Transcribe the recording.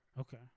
Okay